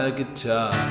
guitar